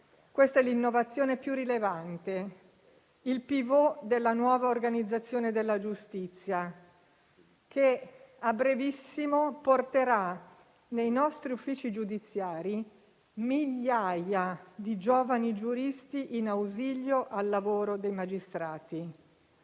Questa è l'innovazione più rilevante, il pivot della nuova organizzazione della giustizia, che a brevissimo porterà nei nostri uffici giudiziari migliaia di giovani giuristi in ausilio al lavoro dei magistrati.